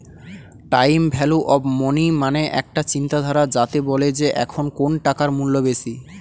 time value of money মানে একটা চিন্তাধারা যাতে বলে যে এখন কোন টাকার মূল্য বেশি